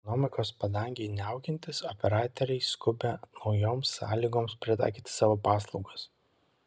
ekonomikos padangei niaukiantis operatoriai skuba naujoms sąlygoms pritaikyti savo paslaugas